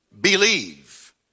Believe